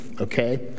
okay